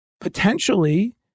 potentially